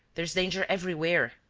there is danger everywhere.